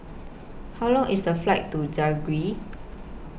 How Long IS The Flight to Zagreb